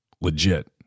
legit